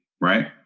right